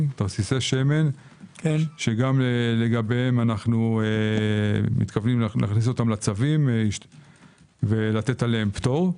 שמן שגם לגביהם אנחנו מתכוונים להכניס אותם לצווים ולתת עליהם פטור.